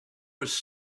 was